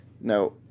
Now